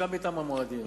סוכמו אתם המועדים.